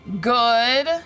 good